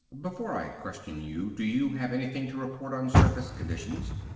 before i question you, do you have anything to report on surface conditions?